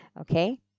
Okay